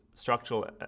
structural